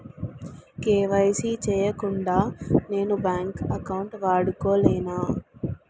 KYC చేయకుండా నేను bank account వాడుకొలేన?